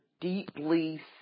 deeply